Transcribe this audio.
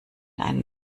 einen